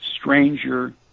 stranger